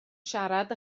siarad